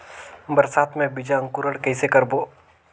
बरसात मे बीजा अंकुरण कइसे करबो?